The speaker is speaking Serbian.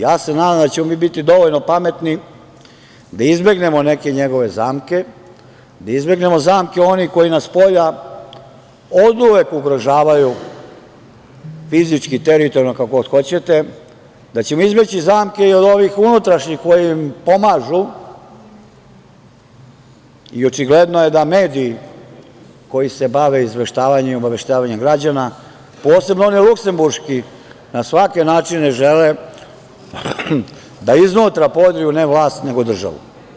Ja se nadam da ćemo mi biti dovoljno pametni da izbegnemo neke njegove zamke, da izbegnemo zamke onih koji nas spolja oduvek ugrožavaju fizički, teritorijalno, kako god hoćete, da ćemo izbeći zamke i od ovih unutrašnjih koji im pomažu i očigledno je da mediji koji se bave izveštavanjem i obaveštavanjem građana, posebno oni Luksemburški na svake načine žele da iznutra … ne vlast nego državu.